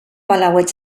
palauet